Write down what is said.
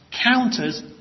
counters